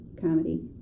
comedy